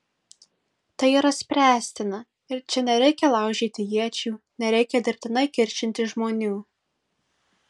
tai yra spręstina ir čia nereikia laužyti iečių nereikia dirbtinai kiršinti žmonių